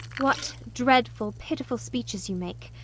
what dreadful, pitiful speeches you make!